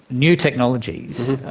new technologies,